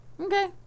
Okay